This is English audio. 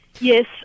Yes